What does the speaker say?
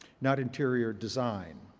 not interior design.